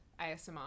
ASMR